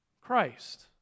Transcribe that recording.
Christ